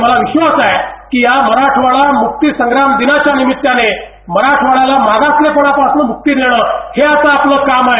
मला विक्वास आहे की या मराठवाडा मुक्ती संग्राम दिनाच्या निमित्ताने मराठवाड्याला मागासलेपणा पासून मुक्ती देणं हे आता आपण काम आहे